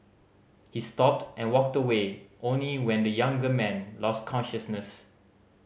he stopped and walked away only when the younger man lost consciousness